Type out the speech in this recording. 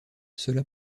cela